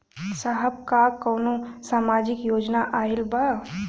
साहब का कौनो सामाजिक योजना आईल बा?